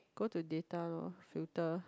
go to data lor filter